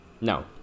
no